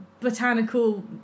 botanical